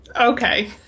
Okay